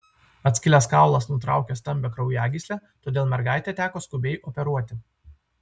atskilęs kaulas nutraukė stambią kraujagyslę todėl mergaitę teko skubiai operuoti